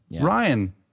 Ryan